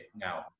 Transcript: now